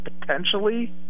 potentially